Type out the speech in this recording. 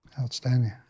outstanding